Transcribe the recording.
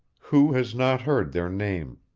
who has not heard their name?